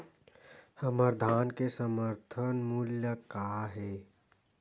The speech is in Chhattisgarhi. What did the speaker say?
हमर धान के समर्थन मूल्य का हे?